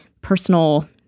personal